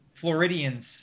floridians